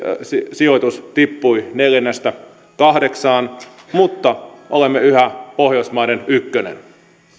sijoitus tippui neljännestä kahdeksanteen mutta olemme yhä pohjoismaiden ykkönen